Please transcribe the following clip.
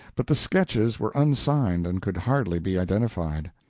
but the sketches were unsigned and could hardly be identified.